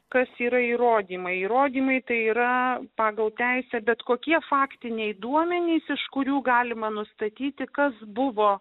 kas yra įrodymai įrodymai tai yra pagal teisę bet kokie faktiniai duomenys iš kurių galima nustatyti kas buvo